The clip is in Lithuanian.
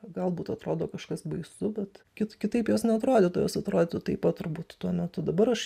galbūt atrodo kažkas baisu bet kit kitaip jos neatrodytų jos atrodytų taip pat turbūt tuo metu dabar aš